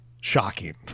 shocking